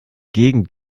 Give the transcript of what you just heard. gegend